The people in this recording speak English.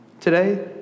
today